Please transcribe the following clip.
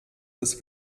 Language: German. des